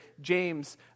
James